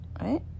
right